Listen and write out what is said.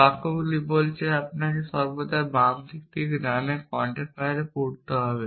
বাক্যগুলি বলছে আপনাকে সর্বদা বাম থেকে ডানে কোয়ান্টিফায়ার পড়তে হবে